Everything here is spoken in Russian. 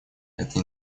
это